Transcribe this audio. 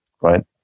right